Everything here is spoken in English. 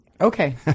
Okay